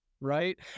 Right